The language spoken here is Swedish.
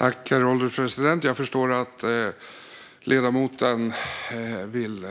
Herr ålderspresident! Jag förstår att ledamoten vill